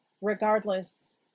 regardless